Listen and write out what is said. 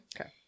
Okay